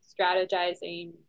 strategizing